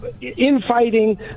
infighting